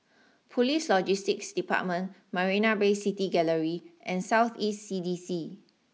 police Logistics Department Marina Bay City Gallery and South East C D C